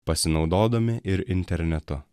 pasinaudodami ir internetu